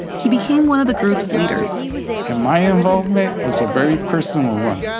he became one of the group's leaders and my involvement was a very personal one.